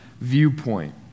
viewpoint